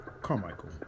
Carmichael